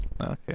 Okay